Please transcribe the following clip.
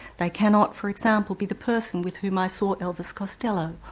they cannot, for example, be the person with whom i saw elvis costello,